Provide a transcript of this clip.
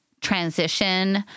transition